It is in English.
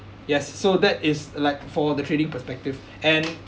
yes so that is like for the trading perspective and